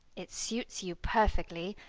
it suits you perfectly.